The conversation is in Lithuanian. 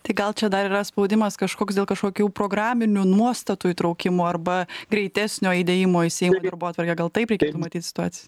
tai gal čia dar yra spaudimas kažkoks dėl kažkokių programinių nuostatų įtraukimo arba greitesnio įdėjimo į seimo darbotvarkę gal taip reikėtų matyt situac